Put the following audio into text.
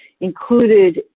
included